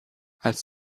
als